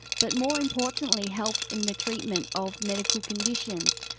but more importantly helps in the treatment of medical conditions.